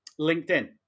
LinkedIn